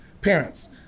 parents